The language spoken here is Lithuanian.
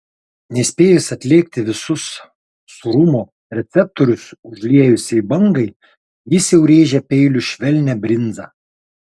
nespėjus atlėgti visus sūrumo receptorius užliejusiai bangai jis jau rėžia peiliu švelnią brinzą